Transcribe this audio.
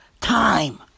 time